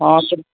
हँ तऽ